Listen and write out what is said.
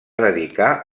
dedicar